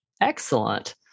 Excellent